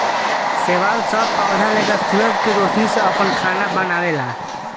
शैवाल सब पौधा लेखा सूरज के रौशनी से आपन खाना बनावेला